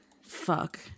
Fuck